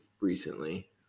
recently